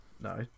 No